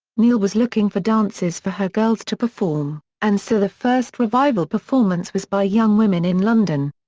neal was looking for dances for her girls to perform, and so the first revival performance was by young women in london.